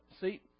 see